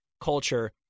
culture